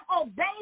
obey